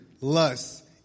lust